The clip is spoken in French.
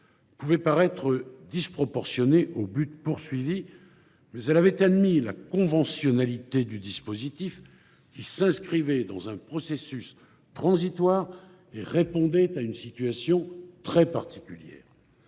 pouvait paraître « disproportionnée au but poursuivi », mais elle avait admis la conventionnalité du dispositif, qui s’inscrivait dans un processus transitoire et répondait à une situation très particulière.